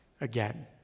again